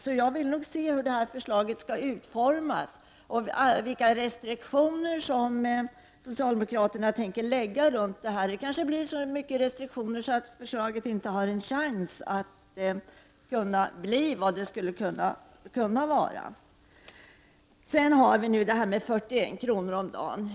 Därför vill jag se hur förslaget utformas och vilka restriktioner som socialdemokraterna tänker lägga på det här — det kanske blir så mycket restriktioner att förslaget inte har en chans att bli vad det annars skulle kunna bli. Så till talet om 41 kr. om dagen.